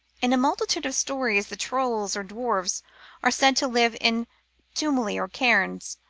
in a multitude of stories the trolls or dwarfs are said to live in tumuli or cairns.